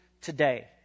today